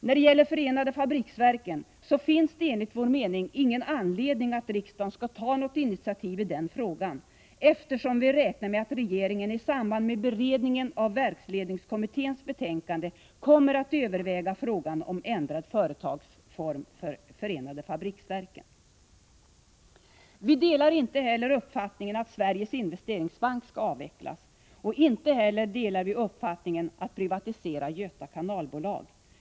När det gäller Förenade fabriksverken finns det enligt vår mening ingen anledning för riksdagen att ta något initiativ, eftersom vi räknar med att regeringen i samband med beredningen av verksledningskommitténs betänkande kommer att överväga frågan om ändrad företagsform för Förenade fabriksverken. Vi delar inte uppfattningen att Sveriges Investeringsbank skall avvecklas. Inte heller delar vi uppfattningen att Göta Kanalbolag bör privatiseras.